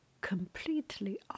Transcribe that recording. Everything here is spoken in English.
completely